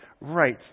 right